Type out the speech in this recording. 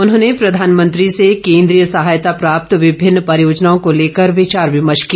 उन्होंने प्रधानमंत्री से केन्द्रीय सहायता प्राप्त विभिन्न परियोजनाओं को लेकर विचार विमर्श किया